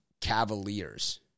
Cavaliers